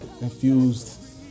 infused